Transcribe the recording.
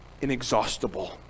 inexhaustible